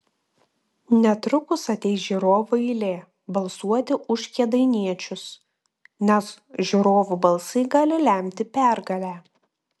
netrukus ateis žiūrovų eilė balsuoti už kėdainiečius nes žiūrovų balsai gali lemti pergalę